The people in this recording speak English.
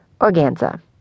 organza